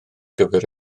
gyfer